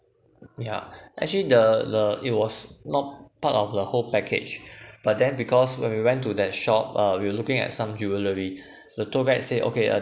yeah actually the the it was not part of the whole package but then because when we went to that shop uh we were looking at some jewellery the tour guide said okay